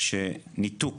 שניתוק